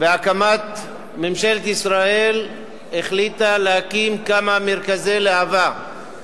ממשלת ישראל החליטה להקים כמה מרכזי להב"ה